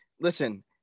listen